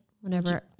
whenever